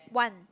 one